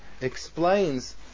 explains